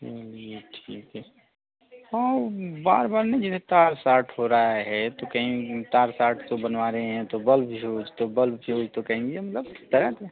चलिए ठीक है हाँ वो बार बार ना जैसे तार साट हो रहा है तो कहीं तार साट को बनवा रहे हैं तो बल्ब फ्यूज तो बल्ब फ्यूज तो कहीं ये मतलब तरह तरह